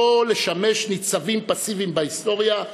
לא לשמש ניצבים פסיביים בהיסטוריה,